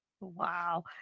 wow